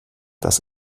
dass